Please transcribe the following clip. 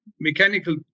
mechanical